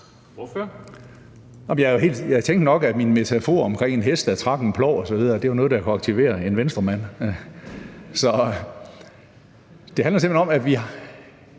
Jeg tænkte nok, at min metafor om en hest, der trak en plov osv., var noget, der kunne aktivere en Venstremand. Det handler simpelt hen om, at vi i